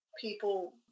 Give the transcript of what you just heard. people